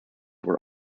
were